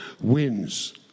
wins